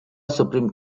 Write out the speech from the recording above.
supreme